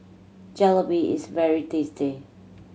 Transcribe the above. jalebi is very tasty